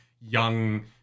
young